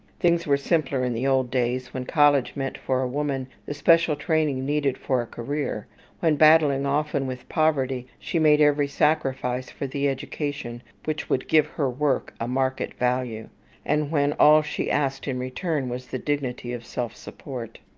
things were simpler in the old days, when college meant for a woman the special training needed for a career when, battling often with poverty, she made every sacrifice for the education which would give her work a market value and when all she asked in return was the dignity of self-support.